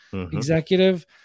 executive